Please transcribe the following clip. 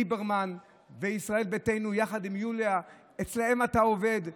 ליברמן וישראל ביתנו עם יוליה, אצלם אתה עובד.